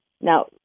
Now